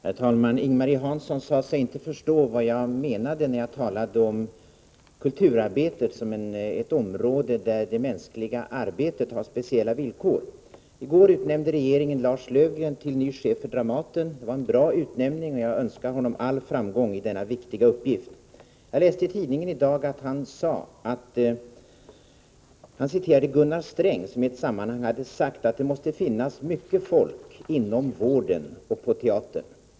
Herr talman! Ing-Marie Hansson sade sig inte förstå vad jag menade när jag talade om kulturarbetet som ett område där det mänskliga arbetet har speciella villkor. I går utnämnde regeringen Lars Löfgren till ny chef för Dramaten. Det var en bra utnämning, och jag önskar honom all framgång i denna viktiga uppgift. Jag läste i tidningen i dag att Lars Löfgren citerade Gunnar Sträng, som i ett sammanhang hade sagt: Det måste finnas mycket folk inom vården och på teatern.